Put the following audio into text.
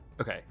okay